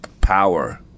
power